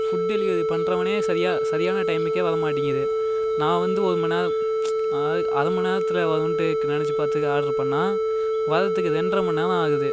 food delivery பண்ணுறவனே சரியா சரியான டைமுக்கே வரமாட்டங்கிது நான் வந்து ஒரு மணி நேரம் அ அரை மணி நேரத்தில் வரும்ன்ட்டு நினச்சி பார்த்து ஆர்ட்ரு பண்ணால் வரதுக்கு ரெண்ட்ரை மணி நேரம் ஆகுது